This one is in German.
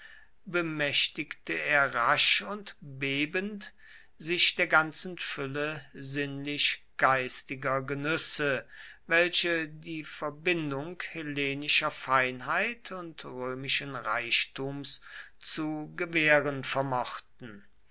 bemächtigte er rasch und bebend sich der ganzen fülle sinnlich geistiger genüsse welche die verbindung hellenischer feinheit und römischen reichtums zu gewähren vermochten